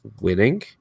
winning